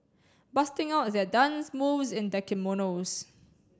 busting out their dance moves in their kimonos